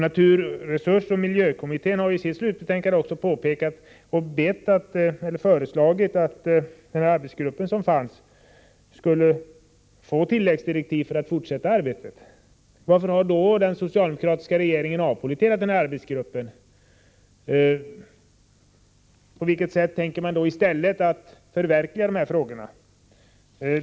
Naturresursoch miljökommittén har i sitt slutbetänkande föreslagit att arbetsgruppen skulle få tilläggsdirektiv för att fortsätta sitt arbete. Varför har då den socialdemokratiska regeringen avpolletterat denna arbetsgrupp? På vilket sätt tänker man i stället angripa dessa frågor?